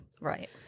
Right